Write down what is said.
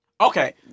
Okay